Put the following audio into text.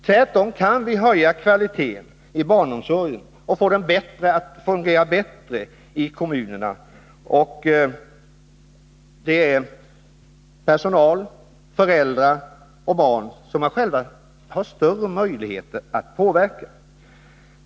Tvärtom kan kvaliteten höjas och barnomsorgen fungera bättre i kommunerna, om personalen, föräldrarna och barnen själva har större möjligheter till påverkan.